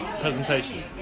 presentation